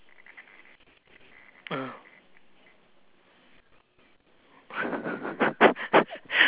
mm